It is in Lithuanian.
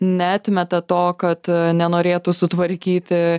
neatmeta to kad nenorėtų sutvarkyti